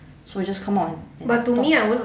so we just come out and and talk